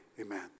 amen